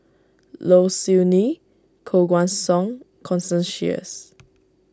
Low Siew Nghee Koh Guan Song Constance Sheares